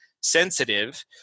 sensitive